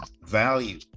value